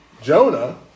Jonah